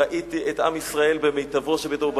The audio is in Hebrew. ראיתי את עם ישראל במיטבו שבמיטבו,